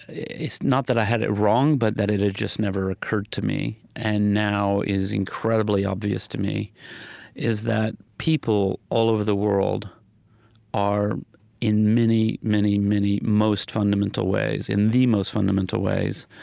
it's not that i had it wrong, but that it had just never occurred to me, and now is incredibly obvious to me is that people all over the world are in many, many, many, most fundamental ways, in the most fundamental ways,